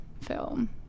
film